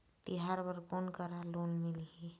तिहार बर कोन करा लोन मिलही?